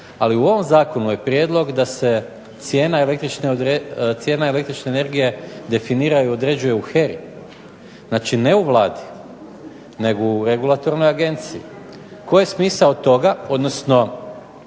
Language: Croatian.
Ali u ovom zakonu je prijedlog da se cijene električne energije definira i određuje u HERA-i, znači ne u Vladi nego u regulatornoj agenciji. Koji je smisao toga, odnosno